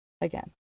again